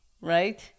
right